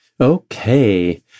okay